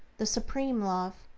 the supreme love,